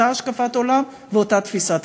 אותה השקפת עולם ואותה תפיסה תקציבית.